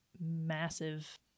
massive